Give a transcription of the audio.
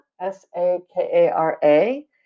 S-A-K-A-R-A